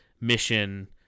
mission